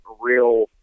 real